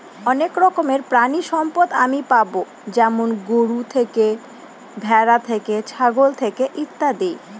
অনেক রকমের প্রানীসম্পদ আমি পাবো যেমন গরু থেকে, ভ্যাড়া থেকে, ছাগল থেকে ইত্যাদি